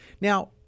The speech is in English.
Now